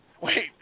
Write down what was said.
Wait